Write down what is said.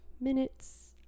minutes